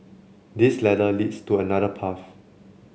this ladder leads to another path